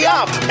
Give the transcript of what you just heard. up